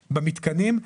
במתקנים,